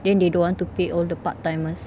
then they don't want to pay all the part timers